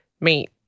meet